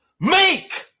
Make